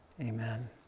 amen